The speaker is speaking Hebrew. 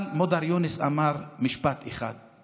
אבל מודר יונס אמר משפט אחד,